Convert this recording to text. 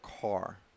car